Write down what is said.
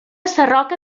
sarroca